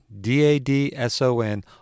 D-A-D-S-O-N